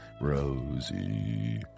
Rosie